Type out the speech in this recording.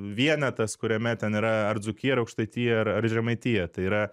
vienetas kuriame ten yra ar dzūkija ar aukštaitija ar žemaitija tai yra